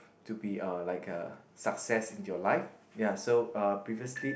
to be a like a success in your life ya so uh previously